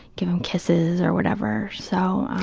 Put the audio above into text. give him kisses or whatever, so.